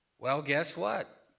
well, guess what?